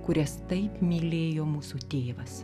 kurias taip mylėjo mūsų tėvas